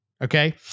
okay